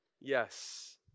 Yes